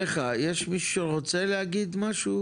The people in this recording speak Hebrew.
תודה לך, יש מישהו שרוצה להגיד משהו?